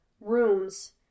Rooms